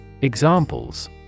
Examples